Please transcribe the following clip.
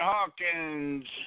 Hawkins